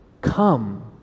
Come